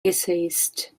essayist